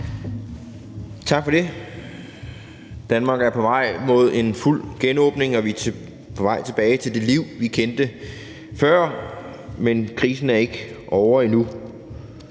Tak for det. Danmark er på vej mod en fuld genåbning, og vi er på vej tilbage til det liv, vi kendte før, men krisen er ikke ovre endnu.